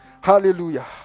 Hallelujah